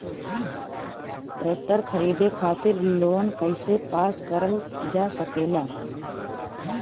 Tractor खरीदे खातीर loan कइसे पास करल जा सकेला?